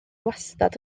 wastad